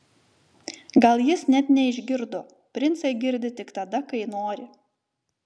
gal jis net neišgirdo princai girdi tik tada kai nori